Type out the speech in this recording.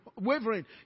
wavering